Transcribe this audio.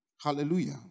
Hallelujah